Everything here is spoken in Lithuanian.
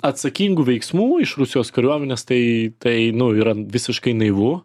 atsakingų veiksmų iš rusijos kariuomenės tai tai nu yra visiškai naivu